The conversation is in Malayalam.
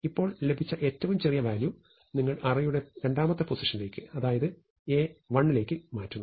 ഇപ്പോൾ ലഭിച്ച ഏറ്റവും ചെറിയ വാല്യൂ നിങ്ങൾ അറേയുടെ രണ്ടാമത്തെ പൊസിഷനിലേക്ക് അതായത് A1ലേക്ക് മാറ്റുന്നു